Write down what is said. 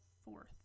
fourth